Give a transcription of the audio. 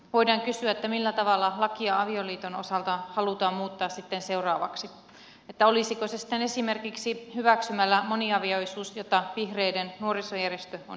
voidaan kysyä millä tavalla lakia avioliiton osalta halutaan muuttaa sitten seuraavaksi olisiko se sitten esimerkiksi moniavioisuuden hyväksyminen jota vihreiden nuorisojärjestö on ehdottanut